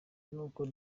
n’uko